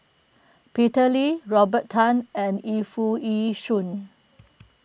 Peter Lee Robert Tan and Yu Foo Yee Shoon